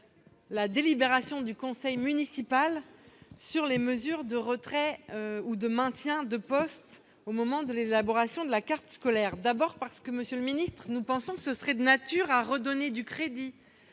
la délibération du conseil municipal sur les mesures de retrait ou de maintien de postes au moment de l'élaboration de la carte scolaire. Nous pensons, monsieur le ministre, que cette mesure serait de nature à redonner du crédit